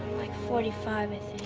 forty five, i